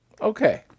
Okay